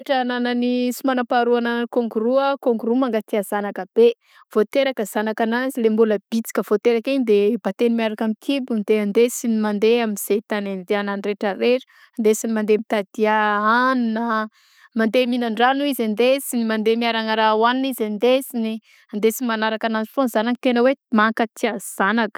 Toetra agnanan'ny sy magnam-paharoa agnanan'ny kangoroa, kangoroa mankatia zanaka be; vao teraka zagnakan'azy le mbôla bisika vao teraka igny de bateny miaraka amin'ny kibony de andesiny mandeha am'zay tany andeagnany retraretra ndesiny mandeha mitady a hanina; mandeha minan-drano izy andesiny mandeha miaragna raha hohanina izy andesiny andesiny magnaraka anazy foagnaa ny zanany tena hoe mankatia zanaka.